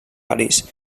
parís